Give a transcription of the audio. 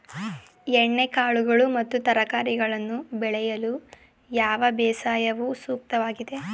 ಎಣ್ಣೆಕಾಳುಗಳು ಮತ್ತು ತರಕಾರಿಗಳನ್ನು ಬೆಳೆಯಲು ಯಾವ ಬೇಸಾಯವು ಸೂಕ್ತವಾಗಿದೆ?